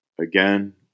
Again